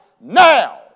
now